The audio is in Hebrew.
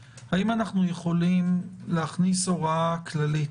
אבל הם לא יכולים להיכנס לתוך האגף של האוכלוסייה הכללית,